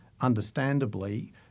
understandably